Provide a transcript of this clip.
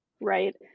right